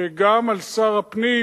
שגם על שר הפנים